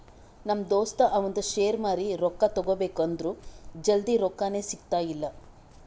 ನಮ್ ದೋಸ್ತ ಅವಂದ್ ಶೇರ್ ಮಾರಿ ರೊಕ್ಕಾ ತಗೋಬೇಕ್ ಅಂದುರ್ ಜಲ್ದಿ ರೊಕ್ಕಾನೇ ಸಿಗ್ತಾಯಿಲ್ಲ